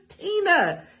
tina